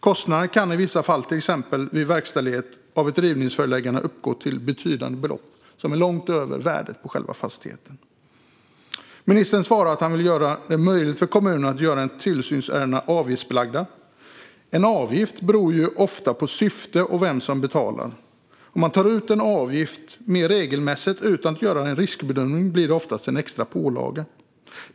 Kostnaderna kan i vissa fall, till exempel vid verkställighet av ett rivningsföreläggande, uppgå till betydande belopp som är långt över värdet på själva fastigheten. Ministern svarar att han vill göra det möjligt för kommunerna att göra tillsynsärendena avgiftsbelagda. En avgift beror ju ofta på syftet och vem som betalar. Om man tar ut en avgift mer regelmässigt, utan att göra en riskbedömning, blir det ofta en extra pålaga.